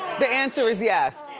the answer is yes.